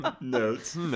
Notes